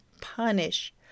punish